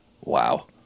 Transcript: Wow